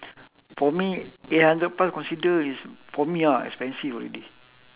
for me eight hundred plus consider is for me ah expensive already